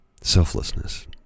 selflessness